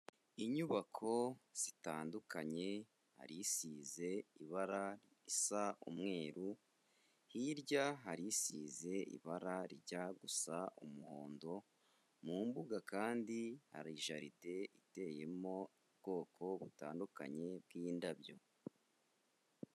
Inyubako zitandukanye hari isize ibara risa umweru, hirya hari isize ibara rijya gusa umuhondo, mu mbuga kandi hari jaride iteyemo ubwoko butandukanye bw'indabyo.